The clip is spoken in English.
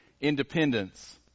independence